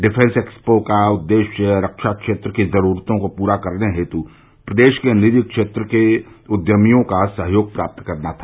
defence expo का उद्देश्य रक्षा क्षेत्र की जरूरतों को पूरा करने हेतु प्रदेश के निजी क्षेत्र के उद्यमियों का सहयोग प्राप्त करना था